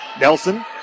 Nelson